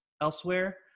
elsewhere